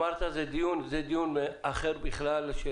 זה דיון אחר בכלל, זה דיון